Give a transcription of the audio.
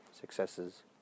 successes